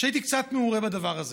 והייתי קצת מעורה בדבר הזה.